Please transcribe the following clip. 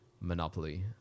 monopoly